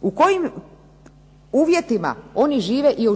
U kojim uvjetima oni žive i